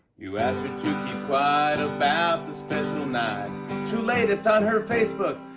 you ask her to keep quiet about the special night too late, it's on her facebook.